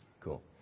Cool